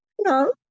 No